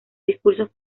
discursos